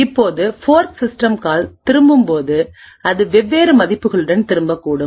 இப்போது fork system call திரும்பும்போது அது வெவ்வேறு மதிப்புகளுடன் திரும்பக்கூடும்